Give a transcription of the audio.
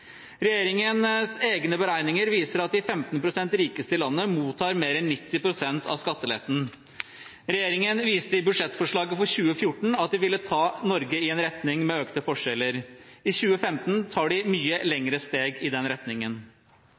Regjeringens egne beregninger viser at de 15 pst. rikeste i landet mottar mer enn av 90 pst. av skatteletten. Regjeringen viste i budsjettforslaget for 2014 at de ville ta Norge i en retning med økte forskjeller. I 2015 tar de mye lengre steg i den retningen.